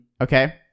Okay